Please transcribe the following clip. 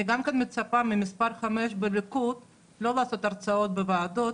אני מצפה ממספר 5 בליכוד לא לעשות הרצאות בוועדות,